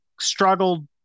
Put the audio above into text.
struggled